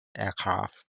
aircraft